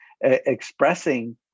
expressing